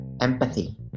empathy